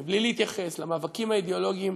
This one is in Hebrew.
ובלי להתייחס למאבקים האידיאולוגיים,